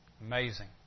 Amazing